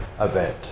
event